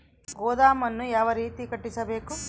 ಗೋದಾಮನ್ನು ಯಾವ ರೇತಿ ಕಟ್ಟಿಸಬೇಕು?